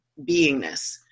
beingness